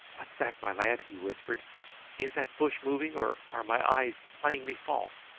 what's that, my lad? he whispered is that bush moving, or are my eyes playing me false.